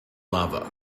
lava